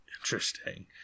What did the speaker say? Interesting